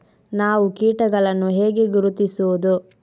ನಾವು ಕೀಟಗಳನ್ನು ಹೇಗೆ ಗುರುತಿಸುವುದು?